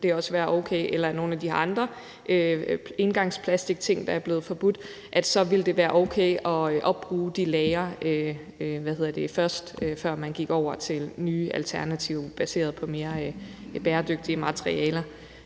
af nogle af de andre engangsplastikting, der er blevet forbudt, så ville det være okay at opbruge de lagre, før man gik over til nye alternativer baseret på mere bæredygtige materialer.